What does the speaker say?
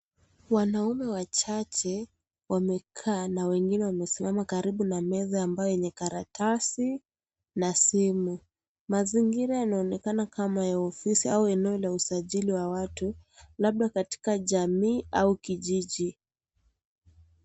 Wanaume wachache wamesimama na wengine wamekaa karibu na meza ambayo yenye karatasi na simu. Mazingira yanaonekana kama ya ofisi au eneo la usajili wa watu labda katika jamii au kijiji.